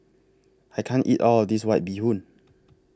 I can't eat All of This White Bee Hoon